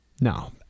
No